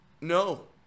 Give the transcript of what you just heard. No